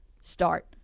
start